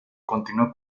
continuó